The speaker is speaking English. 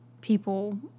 people